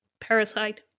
Parasite